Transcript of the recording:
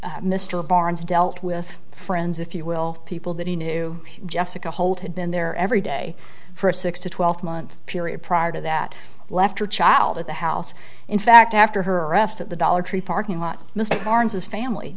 mr barnes dealt with friends if you will people that he knew jessica holt had been there every day for a six to twelve month period prior to that left her child at the house in fact after her arrest at the dollar tree parking lot